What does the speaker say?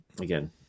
Again